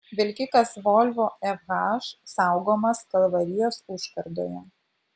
vilkikas volvo fh saugomas kalvarijos užkardoje